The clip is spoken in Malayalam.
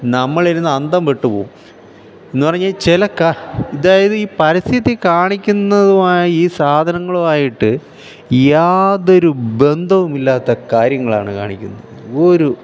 നമ്മൾ ഇരുന്ന് അന്തംവിട്ടു പോവും എന്നു പറിഞ്ഞാൽ ചെലക്ക ഇതായത് ഈ പരസ്യത്തി കാണിക്കുന്നതുമായി ഈ സാധനങ്ങളുവായിട്ട് യാതൊരു ബന്ധവുമില്ലാത്ത കാര്യങ്ങളാണ് കാണിക്കുന്നത് ഒരു